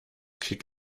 kick